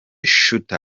shooter